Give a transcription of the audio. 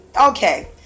Okay